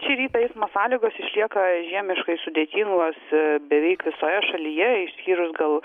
šį rytą eismo sąlygos išlieka žiemiškai sudėtingos beveik visoje šalyje išskyrus gal